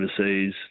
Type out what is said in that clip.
overseas